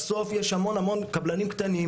בסוף יש המון קבלנים קטנים,